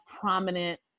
prominent